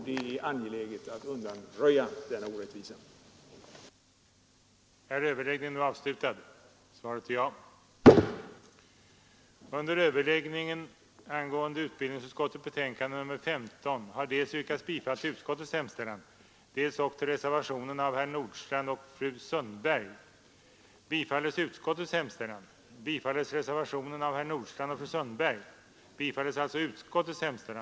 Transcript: Det är angeläget att undanröja denna orättvisa snarast möjligt.